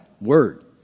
word